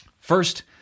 First